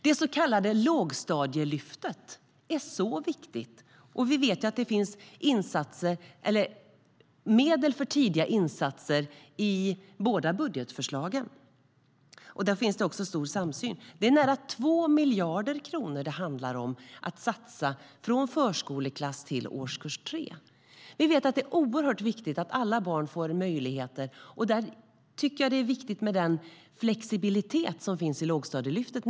Det så kallade Lågstadielyftet är viktigt, och vi vet att det finns medel för tidiga insatser i båda budgetförslagen. Där finns det också stor samsyn. Det är nära 2 miljarder kronor det handlar om att satsa från förskoleklass till årskurs 3. Vi vet att det är oerhört viktigt att alla barn får möjligheter. Jag tycker att det är viktigt med den flexibilitet som finns i Lågstadielyftet.